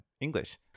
English